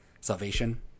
Salvation